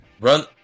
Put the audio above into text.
run